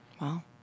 Wow